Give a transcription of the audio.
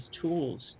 tools